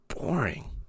boring